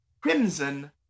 Crimson